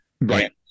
Right